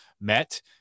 met